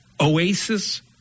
Oasis